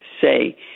say